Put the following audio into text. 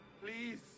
Please